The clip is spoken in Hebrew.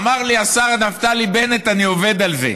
אמר לי השר נפתלי בנט: אני עובד על זה.